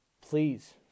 please